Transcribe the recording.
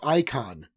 icon